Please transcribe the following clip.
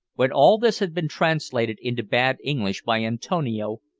when all this had been translated into bad english by antonio,